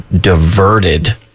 diverted